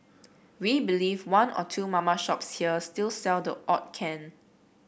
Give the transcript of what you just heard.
we believe one or two mama shops here still sell the odd can